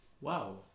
Wow